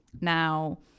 Now